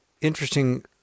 interesting